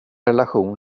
relation